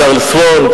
צ'רלס וורן,